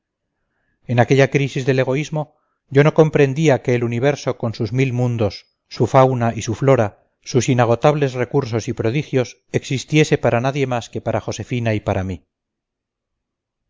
en aquella crisis del egoísmo yo no comprendía que el universo con sus mil mundos su fauna y su flora sus inagotables recursos y prodigios existiese para nadie más que para josefina y para mí